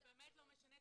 זה באמת לא משנה,